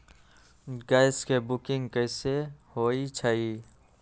Gas के booking कैसे होईछई?